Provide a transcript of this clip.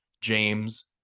James